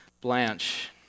blanche